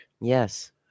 Yes